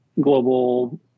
global